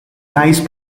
nice